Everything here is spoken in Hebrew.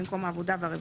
במקום "העבודה והרווחה"